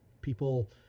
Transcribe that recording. People